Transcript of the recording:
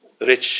rich